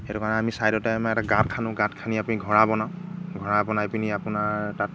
সেইটো কাৰণে আমি ছাইদতে আমাৰ এটা গাঁত খান্দোঁ গাঁত খান্দি আপুনি ঘৰা বনাওঁ ঘৰা বনাই পিনি আপোনাৰ তাত